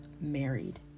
married